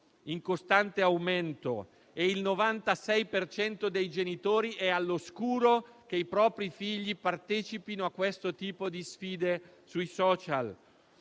in costante aumento e il 96 per cento dei genitori è all'oscuro del fatto che i propri figli partecipino a questo tipo di sfide sui *social.*